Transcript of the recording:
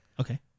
Okay